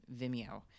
vimeo